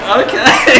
okay